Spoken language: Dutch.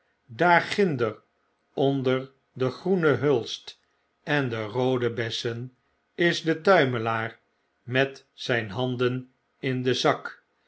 daar ginder onder de groene hulst en de roode bessen is de tuimelaar met zijn handen in den zak